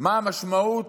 מה המשמעות